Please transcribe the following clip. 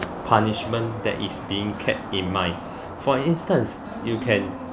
punishment that is being kept in mind for instance you can